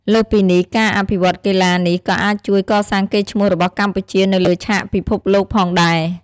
លើសពីនេះ ការអភិវឌ្ឍកីឡានេះក៏អាចជួយកសាងកេរ្តិ៍ឈ្មោះរបស់កម្ពុជានៅលើឆាកពិភពលោកផងដែរ។